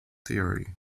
theory